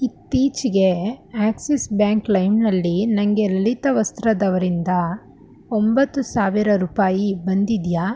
ಇತ್ತೀಚೆಗೆ Axis bank ಲೈಮ್ನಲ್ಲಿ ನನಗೆ ಲಲಿತ ವಸ್ತ್ರದವರಿಂದ ಒಂಬತ್ತು ಸಾವಿರ ರೂಪಾಯಿ ಬಂದಿದೆಯಾ